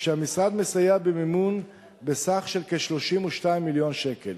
כשהמשרד מסייע במימון בסך של כ-32 מיליון שקל.